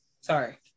Sorry